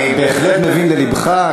אני בהחלט מבין ללבך,